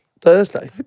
Thursday